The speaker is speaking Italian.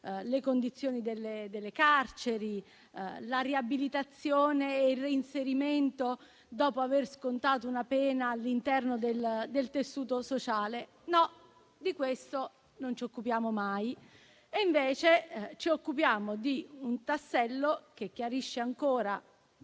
le condizioni delle carceri, la riabilitazione e il reinserimento, dopo aver scontato una pena, all'interno del tessuto sociale. No, di tutto questo non ci occupiamo mai. Invece ci occupiamo di un tassello che chiarisce ancora,